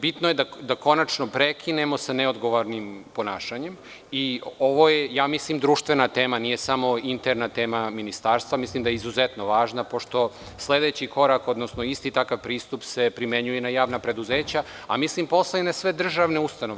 Bitno je da konačno prekinemo sa neodgovornim ponašanjem i ovo je društvena tema, nije samo interna tema ministarstva, jer mislim da je izuzetno važna, pošto sledeći korak, odnosno isti takav pristup se primenjuje i na javna preduzeća, a mislim, posle i na sve državne ustanove.